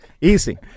easy